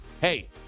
hey